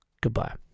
Goodbye